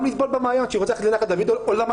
גם לטבול במעיין שהיא רוצה ללכת לנחל דוד למג'רסה.